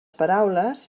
paraules